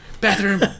Bathroom